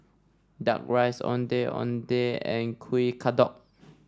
duck rice Ondeh Ondeh and Kuih Kodok